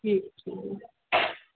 ठीकु ठीकु